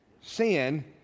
Sin